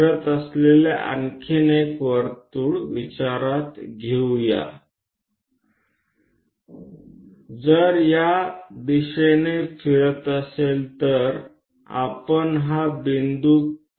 આ નારંગીવાળું વર્તુળ ફરે છે જો તે આ દિશામાં ફરતું હોય તો ચાલો આપણે આ બિંદુ લઈએ